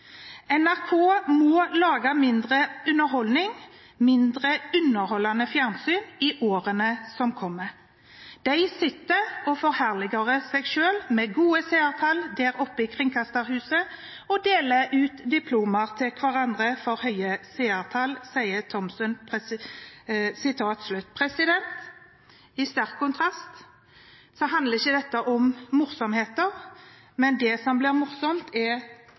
må lage mindre underholdning og mindre underholdende fjernsyn i årene som kommer, og: «De sitter og forherliger seg selv med gode seertall der oppe i kringkasterhuset og deler ut diplomer til hverandre for høye seertall.» I sterk kontrast handler ikke dette om morsomheter, men det som blir morsomt, er